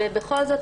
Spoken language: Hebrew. ובכל זאת,